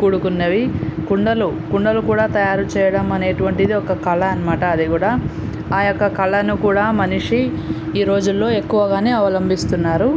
కూడుకున్నవి కుండలు కుండలు కూడా తయారు చేయడం అనేటువంటిది ఒక కళ అన్నమాట అది కూడా ఆ యొక్క కళను కూడా మనిషి ఈ రోజుల్లో ఎక్కువగానే అవలంభిస్తున్నారు